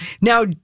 Now